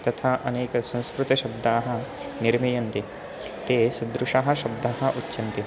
तथा अनेकसंस्कृतशब्दाः निर्मीयन्ति ते सुदृशाः शब्दाः उच्यन्ते